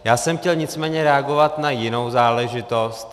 Já jsem chtěl nicméně reagovat na jinou záležitost.